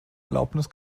erlaubnis